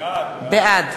בעד